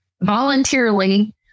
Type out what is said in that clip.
voluntarily